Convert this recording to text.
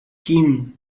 kim